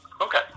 Okay